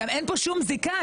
אין כאן שום זיקה.